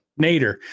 Nader